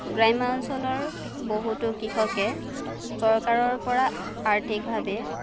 গ্ৰাম্য অঞ্চলৰ বহুতো কৃষকে চৰকাৰৰ পৰা আৰ্থিকভাৱে